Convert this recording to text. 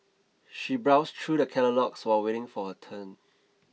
she browsed through the catalogues while waiting for her turn